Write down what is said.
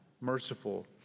Merciful